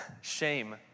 shame